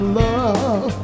love